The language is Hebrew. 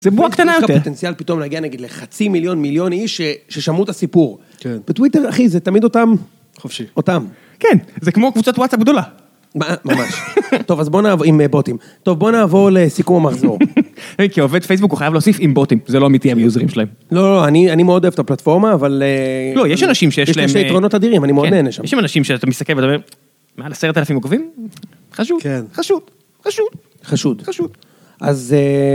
זה בועה קטנה יותר. יש לך פוטנציאל פתאום להגיע נגיד לחצי מיליון מיליון איש ששמעו את הסיפור. כן. בטוויטר, אחי, זה תמיד אותם. חופשי. אותם. כן. זה כמו קבוצת וואטסאפ גדולה. מה? ממש. טוב, אז בוא נעבור עם בוטים. טוב, בוא נעבור לסיכום המחזור. כי עובד פייסבוק, הוא חייב להוסיף עם בוטים. זה לא אמיתי היוזרים שלהם. לא, לא, אני מאוד אוהב את הפלטפורמה, אבל... לא, יש אנשים שיש להם... יש להם יתרונות אדירים, אני מאוד נהנה שם. יש שם אנשים שאתה מסתכל ואתה אומר, מעל עשרת אלפים עוקבים? חשוד. כן. חשוד. חשוד. חשוד. חשוד. אז...